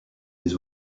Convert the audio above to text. des